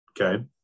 okay